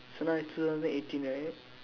so now is two thousand eighteen right